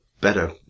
better